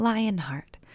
Lionheart